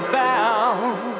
bound